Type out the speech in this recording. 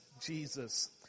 Jesus